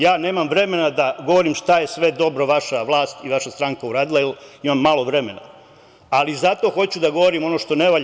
Ja nemam vremena da govorim šta je sve dobro vaša vlast i vaša stranka uradila jer imam malo vremena, ali zato hoću da govorim ono što ne valja.